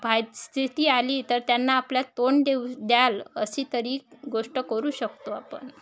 पायस्थिती आली तर त्यांना आपल्यात तोंड देऊ द्याल अशी तरी गोष्ट करू शकतो आपण